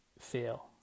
fail